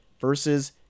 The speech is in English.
versus